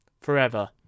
forever